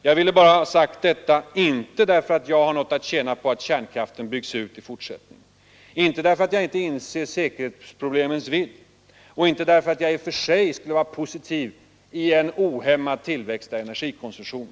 Jag ville bara ha sagt detta, inte därför att jag har något att tjäna på att kärnkraften byggs ut i fortsättningen, inte därför att jag inte inser säkerhetsproblemens vidd och inte därför att jag i och för sig skulle vara positiv till en ohämmad tillväxt av energikonsumtionen.